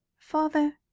father,